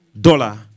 dollar